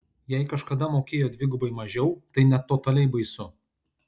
jei kažkada mokėjo dvigubai mažiau tai net totaliai baisu